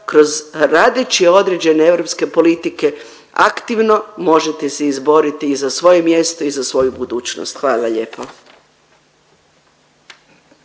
kroz, radeći određene europske politike aktivno možete se izboriti i za svoje mjesto i za svoju budućnost, hvala lijepo.